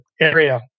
area